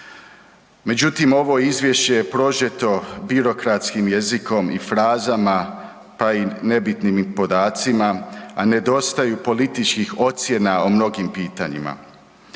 međutim, ovo Izvješće je prožete birokratskim jezikom i frazama pa i nebitnim podacima, a nedostaju političkih ocjena o mnogim pitanjima.